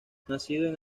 nacido